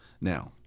Now